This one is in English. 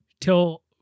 till